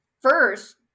first